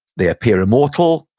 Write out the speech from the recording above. they appear immortal,